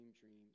dreams